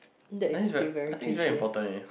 that is still very cliche